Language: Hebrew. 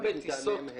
מטעמיהם הם.